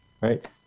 Right